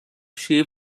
she